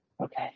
Okay